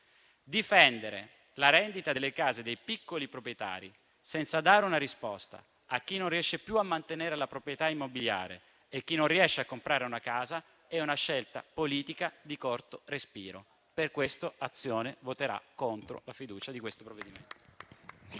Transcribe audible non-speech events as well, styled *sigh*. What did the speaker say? Difendere la rendita delle case dei piccoli proprietari, senza dare una risposta a chi non riesce più a mantenere la proprietà immobiliare e a chi non riesce a comprare una casa, è una scelta politica di corto respiro. Per questo Azione voterà contro la fiducia. *applause*